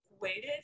waited